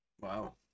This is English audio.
Wow